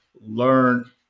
learn